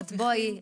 בואי,